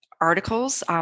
articles